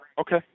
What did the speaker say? Okay